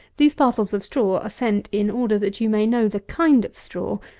these parcels of straw are sent in order that you may know the kind of straw,